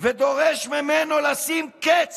החברה החרדית, אומרים: אנחנו לא רוצים לקחת